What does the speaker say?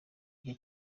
icyo